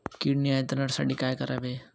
कीड नियंत्रणासाठी काय करावे?